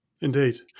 indeed